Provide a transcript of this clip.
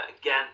again